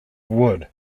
wood